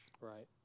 Right